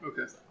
Okay